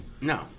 No